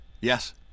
Yes